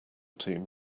team